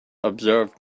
observed